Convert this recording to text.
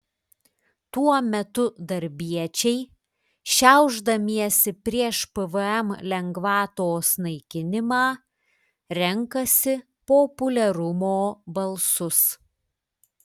tuo metu darbiečiai šiaušdamiesi prieš pvm lengvatos naikinimą renkasi populiarumo balsus